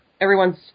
everyone's